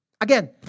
Again